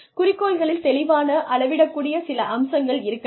குறிக்கோள்களில் தெளிவான அளவிடக் கூடிய சில அம்சங்கள் இருக்க வேண்டும்